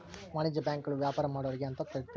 ವಾಣಿಜ್ಯ ಬ್ಯಾಂಕ್ ಗಳು ವ್ಯಾಪಾರ ಮಾಡೊರ್ಗೆ ಅಂತ ತೆಗ್ದಿರೋದು